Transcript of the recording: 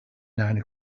nine